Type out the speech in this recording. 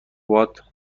باهات